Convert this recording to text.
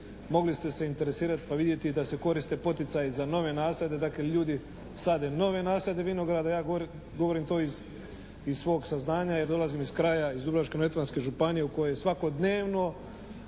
Mogli ste se interesirati pa vidjeti da se koriste poticaji za nove nasade, dakle ljudi sade nove nasade, vinograde, ja govorim to iz svog saznanja jer dolazim iz kraja, iz Dubrovačko-neretvanske županije u kojoj svakodnevno